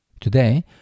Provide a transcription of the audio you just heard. Today